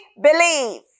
believe